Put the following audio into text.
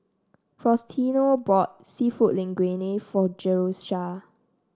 Faustino bought seafood Linguine for Jerusha